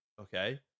okay